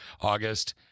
August